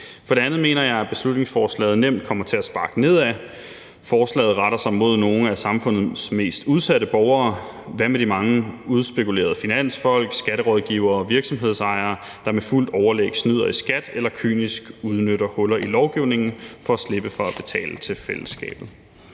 For det andet mener jeg, at beslutningsforslaget kommer til at sparke nedad. Forslaget retter sig mod nogle af samfundets mest udsatte borgere. Hvad med de mange udspekulerede finansfolk, skatterådgivere og virksomhedsejere, der med fuldt overlæg snyder i skat eller kynisk udnytter huller i lovgivningen for at slippe for at betale til fællesskabet?